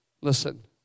Listen